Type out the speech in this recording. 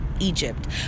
egypt